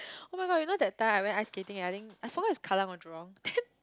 [oh]-my-god you know that time I went ice skating I think I forgot it's Kallang or Jurong then